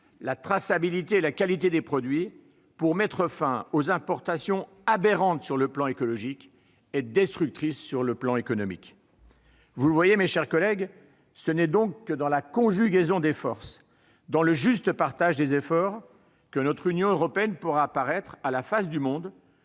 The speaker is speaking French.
la traçabilité et la qualité des produits, pour mettre fin aux importations, qui sont aberrantes sur le plan écologique et destructrices sur le plan économique ? Vous le voyez, mes chers collègues, ce n'est donc que dans la conjugaison des forces et dans le juste partage des efforts, que notre Union européenne pourra apparaître, à la face du monde,